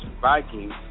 Vikings